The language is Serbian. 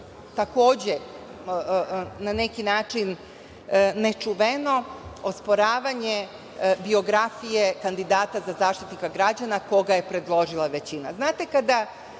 takođe na neki način nečuveno, osporavanje biografije kandidata Zaštitnika građana koga je predložila većina.